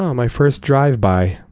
um my first drive-by.